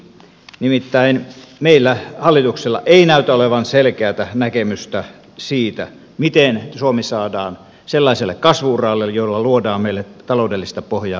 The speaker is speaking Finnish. nimittäin meillä ei hallituksella näytä olevan selkeätä näkemystä siitä miten suomi saadaan sellaiselle kasvu uralle jolla luodaan meillä taloudellista pohjaa meidän tulevaisuudellemme